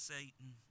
Satan